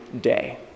day